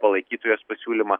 palaikytų jos pasiūlymą